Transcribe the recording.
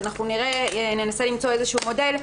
אנחנו ננסה למצוא איזשהו מודל,